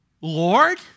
Lord